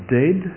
dead